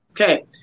Okay